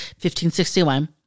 1561